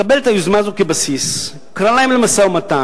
קבל את היוזמה הזאת כבסיס וקרא להם למשא-ומתן,